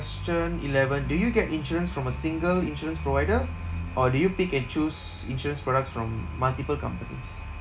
question eleven do you get insurance from a single insurance provider or do you pick and choose insurance products from multiple companies